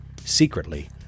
secretly